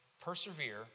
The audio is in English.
persevere